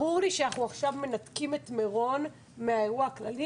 ברור לי שאנחנו עכשיו מנתקים את מירון מהאירוע הכללי,